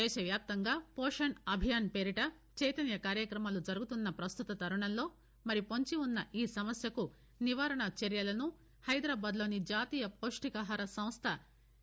దేశవ్యాప్తంగా పోషణ్ అభియాన్ పేరిట చైతన్య కార్యక్రమాలు జరుగుతున్న పస్తుత తరుణంలో మరి పొంచి ఉన్న ఈ సమస్యకు నివారణ చర్యలను హైదరాబాద్లోని జాతీయ పౌష్ణికాహార సంస్ల ఎన్